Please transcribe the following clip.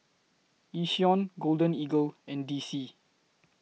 Yishion Golden Eagle and D C